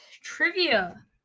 trivia